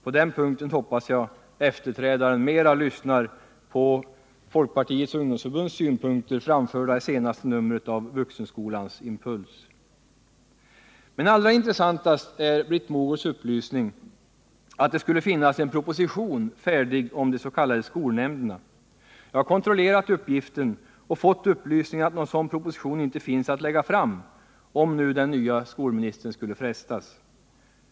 På den punkten hoppas jag efterträdaren lyssnar mer på folkpartiets ungdomsförbunds synpunkter, framförda i senaste numret av Vuxenskolans Impuls. Men allra intressantast är Britt Mogårds upplysning att det skulle finnas en proposition färdig om de s.k. skolnämnderna. Jag har kontrollerat uppgiften och fått upplysningen att någon sådan proposition inte finns att lägga fram — om nu den nya skolministern skulle frestas.